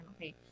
okay